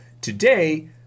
today